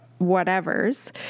whatevers